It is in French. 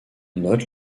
note